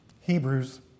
Hebrews